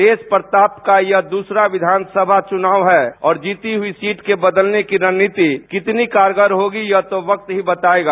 तेज प्रताप का यह दूसरा विधान सभा चुनाव है और जीती हुई सीट को बदलने की रणनीति कितनी कारगर होगी यह तो वक्त ही बतायेगा